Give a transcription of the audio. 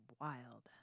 wild